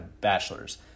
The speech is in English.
bachelor's